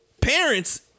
Parents